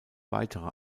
weitere